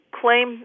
claim